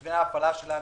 במתווה ההפעלה שלנו,